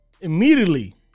Immediately